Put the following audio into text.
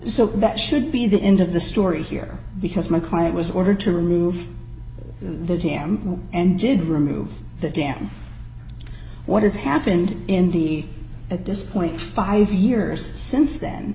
so that should be the end of the story here because my client was ordered to remove the cam and did remove that damn what has happened in the at this point five years since then